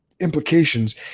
implications